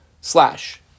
slash